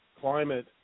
climate